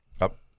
Up